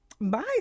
Bye